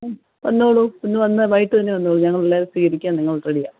വന്നോള്ളു ഇന്ന് വന്ന് വൈകിട്ട് തന്നെ വന്നോളൂ ഞങ്ങൾ എല്ലാവരും സ്വീകരിക്കാൻ നിങ്ങൾ റെഡിയാണ്